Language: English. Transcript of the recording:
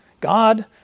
God